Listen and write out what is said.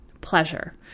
pleasure